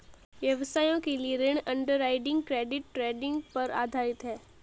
व्यवसायों के लिए ऋण अंडरराइटिंग क्रेडिट रेटिंग पर आधारित है